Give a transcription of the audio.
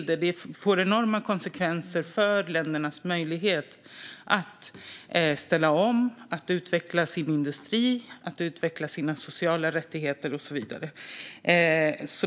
Det får enorma konsekvenser för ländernas förmåga att ställa om, utveckla sin industri, att utveckla sociala rättigheter och så vidare.